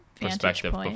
perspective